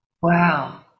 Wow